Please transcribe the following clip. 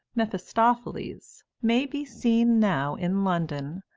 mephistopheles, may be seen now in london,